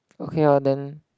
okay lor then